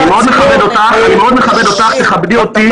אני מאוד מכבד אותך, תכבדי אותי.